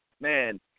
man